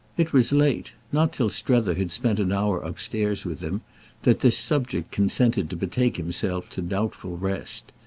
it was late not till strether had spent an hour upstairs with him that this subject consented to betake himself to doubtful rest.